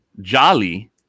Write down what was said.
Jolly